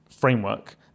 framework